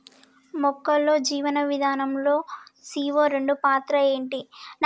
మొక్కల్లో జీవనం విధానం లో సీ.ఓ రెండు పాత్ర ఏంటి?